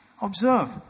Observe